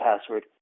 password